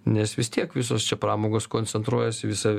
nes vis tiek visos čia pramogos koncentruojasi visa